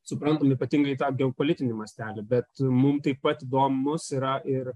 suprantam ypatingai tą geopolitinį mastelį bet mum taip pat įdomus yra ir